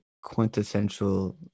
quintessential